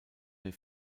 mehr